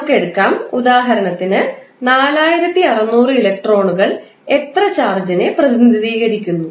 നമുക്ക് എടുക്കാം ഉദാഹരണത്തിന് 4600 ഇലക്ട്രോണുകൾ എത്ര ചാർജിനെ പ്രതിനിധീകരിക്കുന്നു